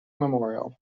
memorial